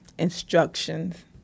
instructions